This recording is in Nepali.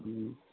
उम्